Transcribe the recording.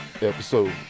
episode